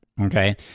okay